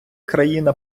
країна